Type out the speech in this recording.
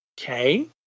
okay